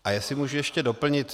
A jestli můžu ještě doplnit.